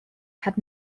had